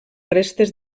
restes